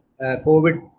Covid